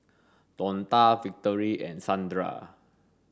Donta Victory and Sandra